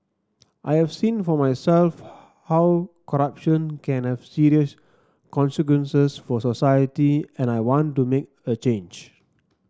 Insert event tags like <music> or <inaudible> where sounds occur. I have seen for myself <noise> how corruption can have serious consequences for society and I want to make a change